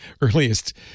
earliest